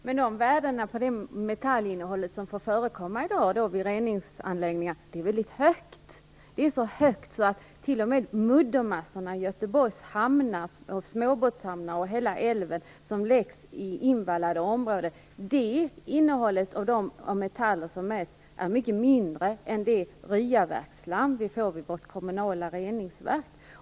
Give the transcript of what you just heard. Herr talman! Värdena för det metallinnehåll som får förekomma vid reningsanläggningarna är väldigt höga. T.o.m. de muddermassor i Göteborgs småbåtshamnar och i hela älven som läggs i invallade områden har ett mycket mindre innehåll av metaller än det Ryaverksslam som vi får i vårt kommunala reningsverk.